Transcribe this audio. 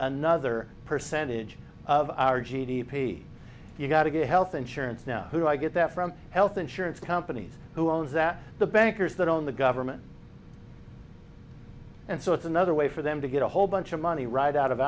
another percentage of our g d p you've got to get health insurance now who i get that from health insurance companies who owns that the bankers that own the government and so it's another way for them to get a whole bunch of money right out of